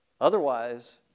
Otherwise